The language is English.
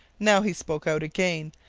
now he spoke out again,